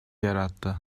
yarattı